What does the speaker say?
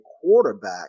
quarterback